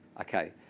Okay